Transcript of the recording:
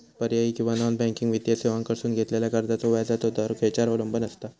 पर्यायी किंवा non banking वित्तीय सेवांकडसून घेतलेल्या कर्जाचो व्याजाचा दर खेच्यार अवलंबून आसता?